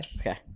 Okay